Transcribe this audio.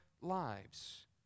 lives